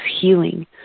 healing